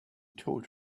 told